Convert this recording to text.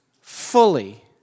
fully